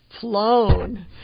flown